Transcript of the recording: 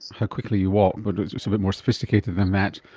how quickly you walk, but it's a so bit more sophisticated than that,